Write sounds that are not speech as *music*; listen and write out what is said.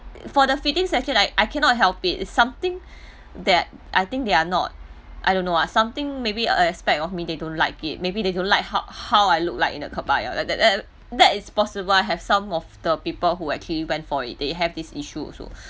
for the fitting session I I cannot help it is something *breath* that I think they are not I don't know lah something maybe a aspect of me they don't like it maybe they don't like how how I look like in a kebaya that that that that is possible I have some of the people who actually went for it they have this issue also